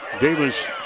Davis